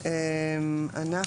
אנחנו